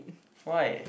why